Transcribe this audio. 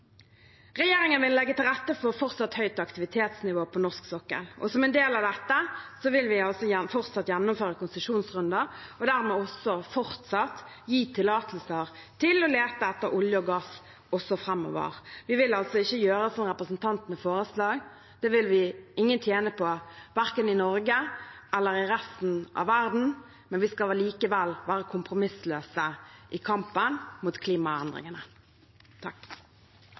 Regjeringen vil legge til rette for fortsatt høyt aktivitetsnivå på norsk sokkel. Som en del av dette vil vi fortsatt gjennomføre konsesjonsrunder og dermed fortsatt gi tillatelser til å lete etter olje og gass også framover. Vi vil altså ikke gjøre som representantene foreslår. Det vil ingen tjene på, verken i Norge eller i resten av verden. Vi skal likevel være kompromissløse i kampen mot klimaendringene.